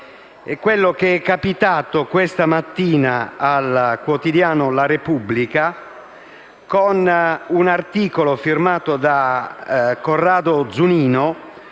Grazie